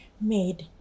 made